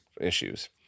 issues